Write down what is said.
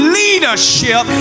leadership